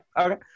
Okay